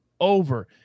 over